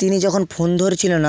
তিনি যখন ফোন ধরছিলো না